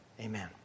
Amen